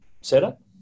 setup